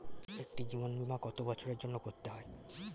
একটি জীবন বীমা কত বছরের জন্য করতে হয়?